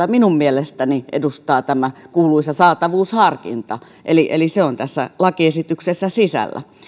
minun mielestäni edustaa tämä kuuluisa saatavuusharkinta eli eli se on tässä lakiesityksessä sisällä